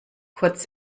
kurz